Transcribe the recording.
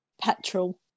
Petrol